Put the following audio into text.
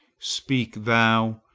speak thou,